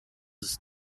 ist